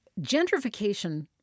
Gentrification